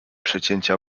przecięcia